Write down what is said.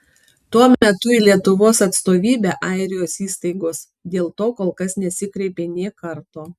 tuo metu į lietuvos atstovybę airijos įstaigos dėl to kol kas nesikreipė nė karto